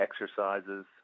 exercises